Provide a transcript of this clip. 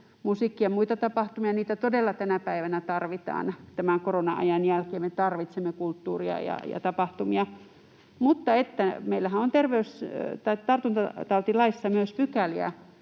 musiikkia, muita tapahtumia. Niitä todella tänä päivänä tarvitaan. Tämän korona-ajan jälkeen me tarvitsemme kulttuuria ja tapahtumia. Mutta meillähän on tartuntatautilaissa myös pykäliä,